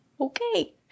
okay